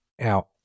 out